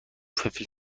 فلفل